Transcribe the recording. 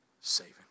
saving